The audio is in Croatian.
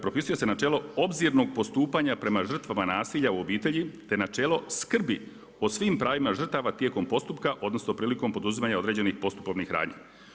Propisuje se načelo obzirnog postupanja prema žrtvama nasilja u obitelji, te načelo skrbi o svim pravima žrtava tijekom postupka odnosno prilikom poduzimanja određenih posupovnih radnji.